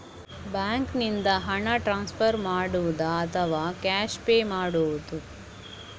ಬ್ಯಾಂಕಿನಿಂದ ಹಣ ಟ್ರಾನ್ಸ್ಫರ್ ಮಾಡುವುದ ಅಥವಾ ಕ್ಯಾಶ್ ಪೇ ಮಾಡುವುದು?